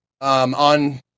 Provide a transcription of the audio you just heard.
on